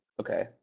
Okay